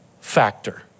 factor